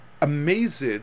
amazed